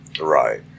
right